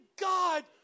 God